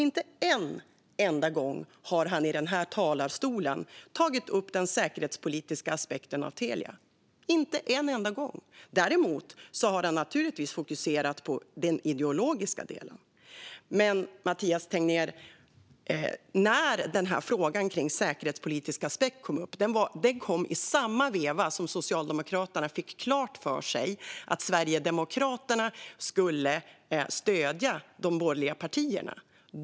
Inte en enda gång har han i denna talarstol tagit upp den säkerhetspolitiska aspekten av Telia. Han har däremot fokuserat på den ideologiska delen. Den här frågan om säkerhetspolitisk aspekt, Mathias Tegnér, kom upp i samma veva som Socialdemokraterna fick klart för sig att Sverigedemokraterna skulle stödja de borgerliga partierna.